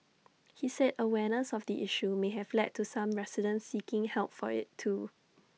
he said awareness of the issue may have led to some residents seeking help for IT too